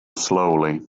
slowly